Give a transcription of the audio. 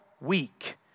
week